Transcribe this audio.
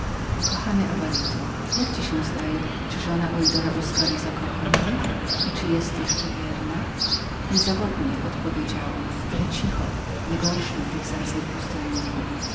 kochany avarito jak ci się zdaje czy żona ojdora uscaritza kocha mnie jeszcze i czy została mi wierną niezawodnie odpowiedziałem ale cicho nie gorszmy tych zacnych pustelników